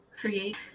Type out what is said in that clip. Create